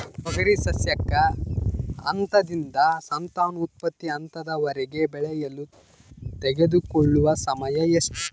ತೊಗರಿ ಸಸ್ಯಕ ಹಂತದಿಂದ ಸಂತಾನೋತ್ಪತ್ತಿ ಹಂತದವರೆಗೆ ಬೆಳೆಯಲು ತೆಗೆದುಕೊಳ್ಳುವ ಸಮಯ ಎಷ್ಟು?